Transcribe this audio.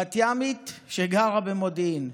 בת-ימית שגרה במודיעין,